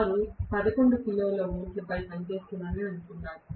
వారు 11 కిలోల వోల్ట్పై పనిచేస్తున్నారని అనుకుందాం